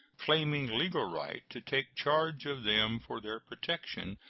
claiming legal right to take charge of them for their protection,